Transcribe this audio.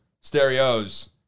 stereos